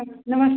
नम नमस्